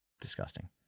Disgusting